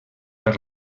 per